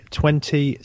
twenty